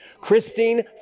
Christine